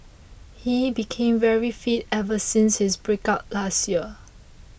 he became very fit ever since his breakup last year